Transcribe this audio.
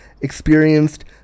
experienced